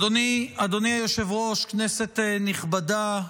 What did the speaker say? אדוני היושב-ראש, כנסת נכבדה,